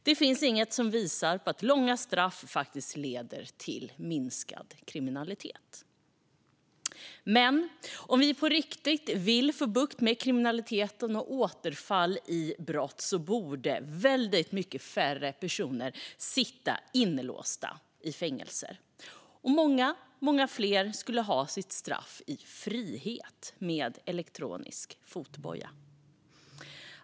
Det finns inget som visar på att långa straff faktiskt leder till minskad kriminalitet. Men om vi på riktigt vill få bukt med kriminaliteten och återfall i brott borde väldigt mycket färre personer sitta inlåsta i fängelser. Och många, många fler skulle ha sitt straff i frihet med elektronisk fotboja.